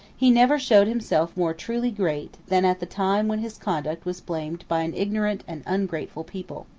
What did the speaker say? he never showed himself more truly great, than at the time when his conduct was blamed by an ignorant and ungrateful people.